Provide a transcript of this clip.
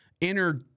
inner